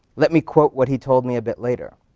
let me quote what he told me a bit later.